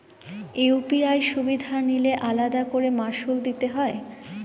UPI সুবিধা নিলে আলাদা করে মাসুল দিতে হয়?